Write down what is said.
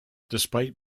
despite